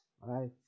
right